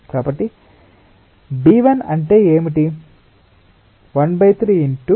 కాబట్టి b1 అంటే ఏమిటి